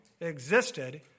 existed